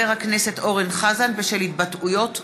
הכנסת אורן חזן בשל התבטאויות פוגעניות.